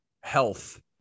health